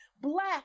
Black